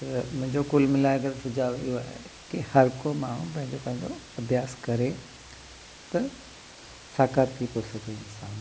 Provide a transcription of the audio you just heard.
त मुंहिंजो कुलु मिलाए करे सुझाव इहो आहे की हर को माण्हू पंहिंजो पंहिंजो अभ्यास करे त साकार थी तो सघे इंसान